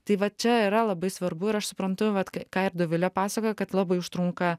tai vat čia yra labai svarbu ir aš suprantu vat ką ką ir dovilė pasakojo kad labai užtrunka